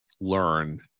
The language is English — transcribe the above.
learn